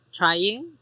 trying